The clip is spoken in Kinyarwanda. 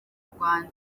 rwanda